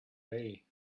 day